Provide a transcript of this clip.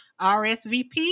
RSVP